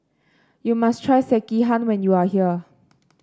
you must try Sekihan when you are here